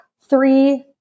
three